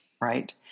right